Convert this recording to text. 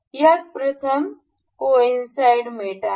यात प्रथम कोइनसाईड मेट आहे